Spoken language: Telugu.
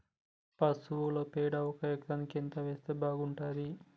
పశువుల పేడ ఒక ఎకరానికి ఎంత వేస్తే బాగుంటది?